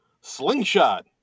Slingshot